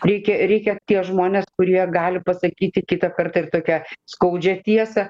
reikia reikia tie žmonės kurie gali pasakyti kitą kartą ir tokią skaudžią tiesą